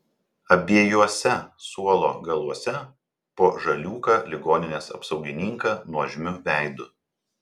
abiejuose suolo galuose po žaliūką ligoninės apsaugininką nuožmiu veidu